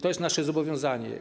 To jest nasze zobowiązanie.